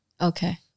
Okay